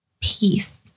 peace